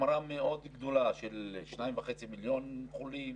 החמרה מאוד גדולה של 2.5 מיליון חולים,